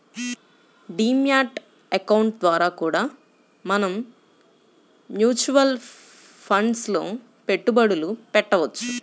D mat account ద్వారా కూడా మనం మ్యూచువల్ ఫండ్స్ లో పెట్టుబడులు పెట్టవచ్చు